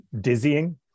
dizzying